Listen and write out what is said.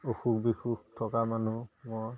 অসুখ বিসুখ থকা মানুহ মই